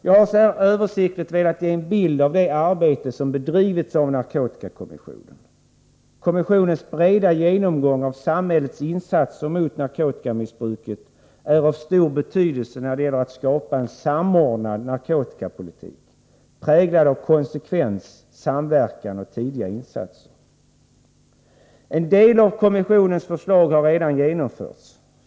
Jag har så här översiktligt velat ge en bild av det arbete som bedrivits av narkotikakommissionen. Kommissionens breda genomgång av samhällets insatser mot narkotikamissbruket är av stor betydelse när det gäller att skapa en samordnad narkotikapolitik präglad av konsekvens, samverkan och tidiga insatser. En del av kommissionens förslag har redan genomförts.